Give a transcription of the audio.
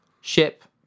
ship